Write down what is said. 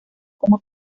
como